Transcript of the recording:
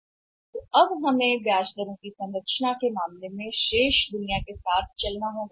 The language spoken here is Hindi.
इसलिए अब हमें ब्याज दरों की संरचना के मामले में शेष दुनिया के साथ संरेखित करना था